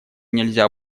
нельзя